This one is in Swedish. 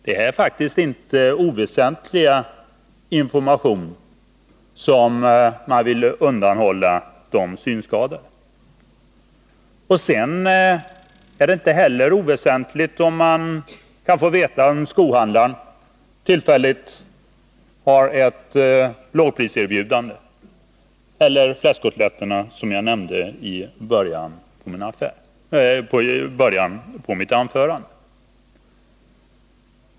Det är faktiskt inte oväsentlig information som utskottsmajoriteten vill undanhålla de synskadade. Det är heller inte oväsentligt att få veta om skohandlaren tillfälligt har ett lågpriserbjudande eller, som jag nämnde i början av mitt anförande, om livsmedelshandlaren har fläskkotletter till extrapris.